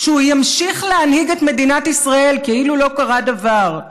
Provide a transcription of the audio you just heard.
שהוא ימשיך להנהיג את מדינת ישראל כאילו לא קרה דבר,